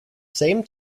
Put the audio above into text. same